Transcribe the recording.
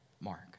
Mark